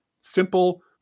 simple